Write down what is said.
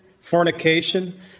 fornication